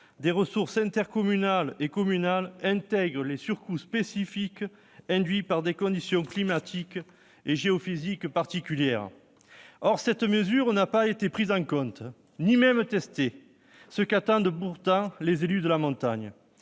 des ressources intercommunales et communales intègrent les surcoûts spécifiques induits par des conditions climatiques et géophysiques particulières ». Or cette mesure n'a été ni mise en oeuvre ni même testée, alors que les élus de montagne